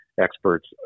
experts